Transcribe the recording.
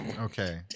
Okay